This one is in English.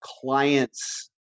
clients